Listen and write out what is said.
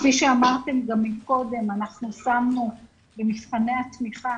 כפי שאמרתם גם מקודם, אנחנו שמנו במבחני התמיכה